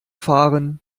fahren